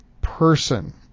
person